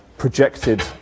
projected